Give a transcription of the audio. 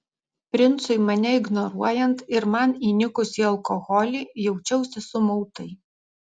princui mane ignoruojant ir man įnikus į alkoholį jaučiausi sumautai